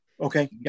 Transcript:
Okay